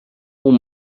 اون